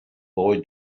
boy